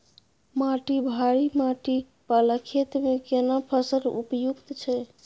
माटी भारी माटी वाला खेत में केना फसल उपयुक्त छैय?